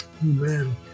amen